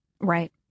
Right